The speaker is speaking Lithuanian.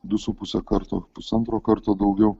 du su puse karto pusantro karto daugiau